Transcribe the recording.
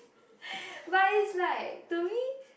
but is like to me